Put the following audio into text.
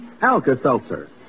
Alka-Seltzer